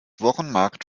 wochenmarkt